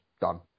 done